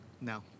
no